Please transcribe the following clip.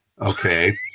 okay